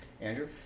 Andrew